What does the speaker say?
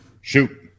shoot